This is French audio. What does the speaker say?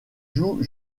joue